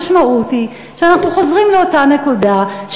המשמעות היא שאנחנו חוזרים לאותה נקודה,